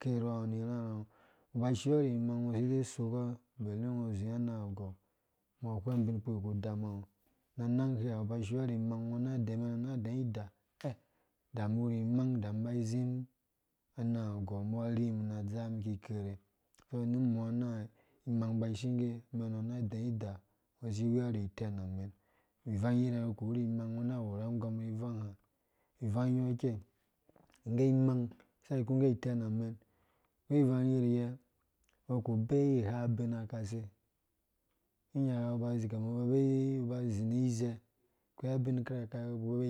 Kerhuwa ungo ni rharhango ungo uba ushio ri imang ungo uside usokɔ bele ungo uzi anang agou umbɔ ahweng ubin kpurkpi ku dama ungo, na anang ki ha ungo uba ushiɔ ri mang ungo na na dɛɛe ida da umum iwu ri imang da iba izim anang agou umbɔ arhi umum na adzaa umum kikerhe so nu mɔ anang imang ba ishingge amɛnngo na dɛɛ idida ungo usi iweari itɛn amen ivang yirye ungo ku uwuri imang ungo na uwerara angɔm ri ivang ha ivang yɔɔ ikei ngge imang sa ikingge iten amɛn ungo ku bee igha abin kasei ru nyaka ungo ba zi kama ungo ba bee ungo ba uzi ni ize koi abin kirake ungo ku